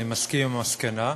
אני מסכים עם המסקנה.